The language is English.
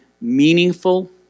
meaningful